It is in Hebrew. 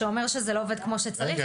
שאומר שזה לא עובד כמו שצריך -- רגע.